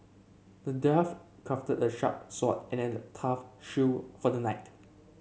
the dwarf crafted a sharp sword and a tough for the knight